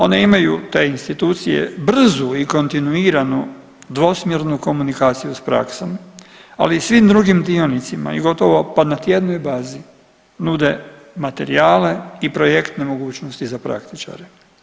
One imaju, te institucije brzu i kontinuiranu dvosmjernu komunikaciju sa praksom, ali i svim drugim dionicima i gotovo pa na tjednoj bazi nude materijale i projektne mogućnosti za praktičare.